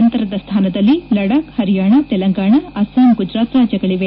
ನಂತರದ ಸ್ಥಾನದಲ್ಲಿ ಲಡಾಕ್ ಪರಿಯಾಣ ತೆಲಂಗಾಣ ಅಸ್ಸಾಂ ಗುಜರಾತ್ ರಾಜ್ಯಗಳವೆ